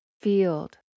field